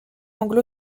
anglo